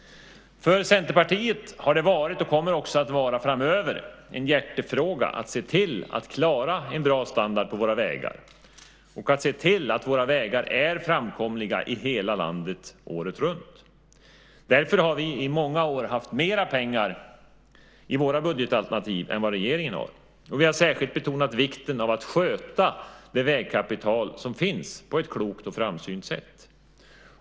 För Centerpartiet har det varit, och kommer också att vara framöver, en hjärtefråga att se till att klara en bra standard på våra vägar och att se till att våra vägar är framkomliga i hela landet året runt. Därför har vi i många år haft mer pengar i våra budgetalternativ än vad regeringen har, och vi har särskilt betonat vikten av att sköta det vägkapital som finns på ett klokt och framsynt sätt.